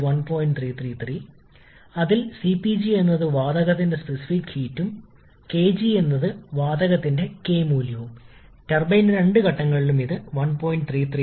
point 1 മുതൽ ആരംഭിച്ച ഒരു ഐസോതെർമൽ പ്രക്രിയയായിരുന്നെങ്കിൽ ഇത് ഇവിടെ എവിടെയെങ്കിലും പൂർത്തിയാകും ഞാൻ മുമ്പത്തെ സ്ലൈഡിലേക്ക് മടങ്ങുകയാണ്